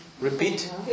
repeat